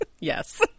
Yes